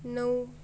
नऊ